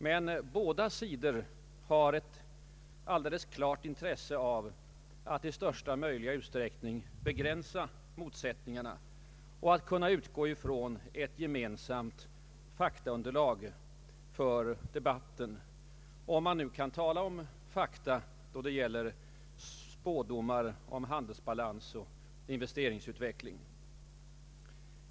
Men båda sidor har ett alldeles klart intresse av att i största möjliga utsträckning begränsa motsättningarna och att kunna utgå ifrån ett gemensamt faktaunderlag för debatten — om man nu kan tala om fakta då det gäller spådomar om handelsbalans och investeringsutveckling.